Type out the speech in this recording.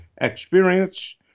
experience